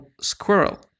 squirrel